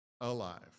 alive